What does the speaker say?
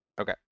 Okay